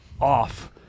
off